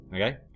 Okay